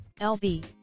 lb